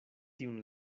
tiun